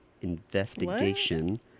investigation